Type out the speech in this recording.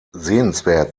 sehenswert